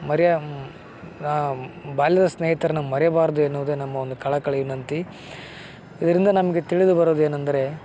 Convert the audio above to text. ಮರೆಯ ಬಾಲ್ಯದ ಸ್ನೇಹಿತರನ್ನ ಮರೆಯಬಾರ್ದು ಎನ್ನುವುದೇ ನಮ್ಮ ಒಂದು ಕಳಕಳಿ ವಿನಂತಿ ಇದರಿಂದ ನಮಗೆ ತಿಳಿದು ಬರುದು ಏನಂದರೆ